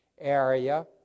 area